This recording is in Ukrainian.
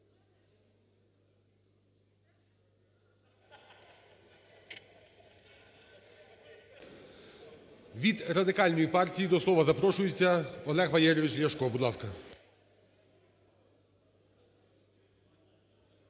Від Радикальної партії до слова запрошується Олег Валерійович Ляшко,